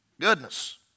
Goodness